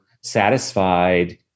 satisfied